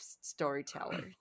storyteller